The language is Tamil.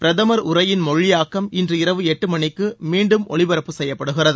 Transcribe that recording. பிரதமர் உரையின் மொழியாக்கம் இன்று இரவு எட்டு மணிக்கு மீண்டும் ஒலிபரப்பு செய்யப்படுகிறது